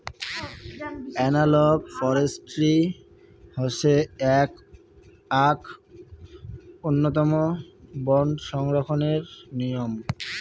analogue forestry হসে আক উন্নতম বন সংরক্ষণের নিয়ম